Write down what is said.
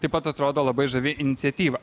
taip pat atrodo labai žavi iniciatyva